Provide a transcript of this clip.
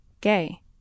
gay